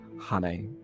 honey